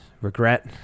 regret